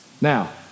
Now